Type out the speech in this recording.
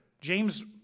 James